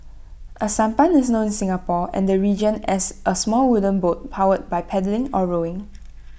A sampan is known in Singapore and the region as A small wooden boat powered by paddling or rowing